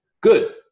Good